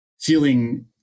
feeling